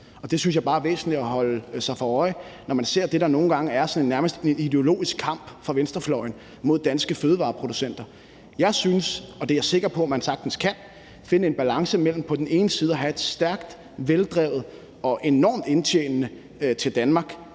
Det synes jeg bare er væsentligt at holde sig for øje, når man ser det, der nogle gange er sådan nærmest en ideologisk kamp fra venstrefløjen mod danske fødevareproducenter. Jeg synes, og det er jeg sikker på at man sagtens kan, vi skal finde en balance imellem på den ene side at have et stærkt, veldrevet og enormt indtjenende dansk